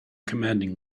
commanding